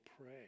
pray